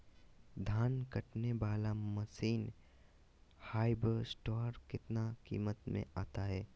धान कटने बाला मसीन हार्बेस्टार कितना किमत में आता है?